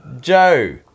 Joe